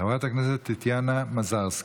חברת הכנסת טטיאנה מזרסקי.